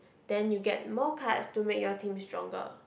then you get more cards to make your team stronger